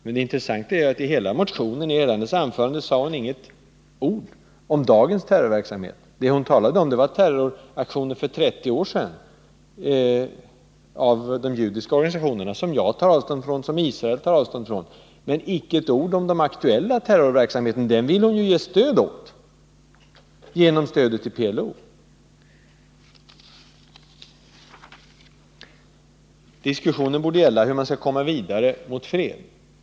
Men det intressanta är att i hela sitt anförande sade Eva Hjelmström inte ett ord om dagens terroraktioner, och dem säger man ingenting om i vpk-motionen heller. Det Eva Hjelmström talade om var terroraktioner för 30 år sedan av judiska organisationer, aktioner som jag tar avstånd ifrån och som Israel tar avstånd ifrån. Men, jag upprepar det, icke ett ord sade Eva Hjelmström om den aktuella terrorverksamheten — den vill hon ju ge stöd åt genom stödet till PLO. Diskussionen borde gälla hur man skall komma vidare mot fred.